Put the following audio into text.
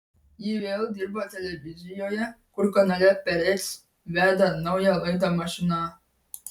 ji vėl dirba televizijoje kur kanale perec veda naują laidą mašina